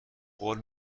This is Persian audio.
قول